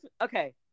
okay